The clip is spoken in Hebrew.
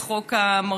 את חוק המרכולים.